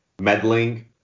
meddling